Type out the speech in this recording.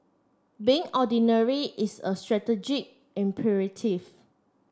being ordinary is a strategic imperative